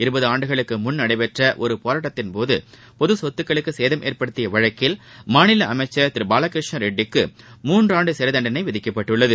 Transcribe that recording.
இருபது ஆண்டுகளுக்கு முன் நடந்த ஒரு போராட்டத்தின்போது பொதுசொத்துக்களுக்கு சேதம் ஏற்படுத்திய வழக்கில் மாநில அமைச்சர் திரு பாலகிருஷ்ண ரெட்டிக்கு மூன்றாண்டு சிறை தண்டனை விதிக்கப்பட்டுள்ளது